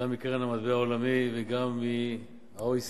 גם מקרן המטבע הבין-לאומית וגם מה-OECD.